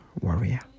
warrior